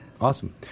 Awesome